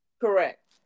Correct